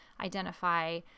identify